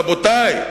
רבותי,